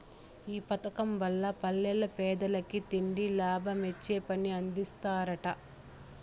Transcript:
ఈ పదకం వల్ల పల్లెల్ల పేదలకి తిండి, లాభమొచ్చే పని అందిస్తరట